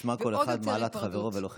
שנשמע כל אחד מעלת חברו ולא חסרונו.